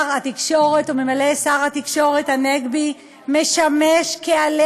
ממלא-מקום שר התקשורת הנגבי משמש כעלה